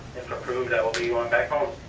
if i'm approved i'll be going back home.